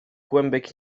kłębek